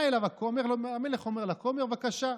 המלך אומר לכומר: בבקשה,